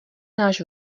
náš